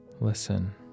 Listen